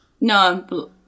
No